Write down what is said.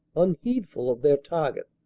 unheedful of their target.